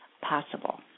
possible